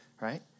right